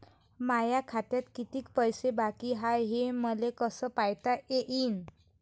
माया खात्यात कितीक पैसे बाकी हाय हे मले कस पायता येईन?